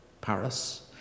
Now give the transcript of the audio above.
Paris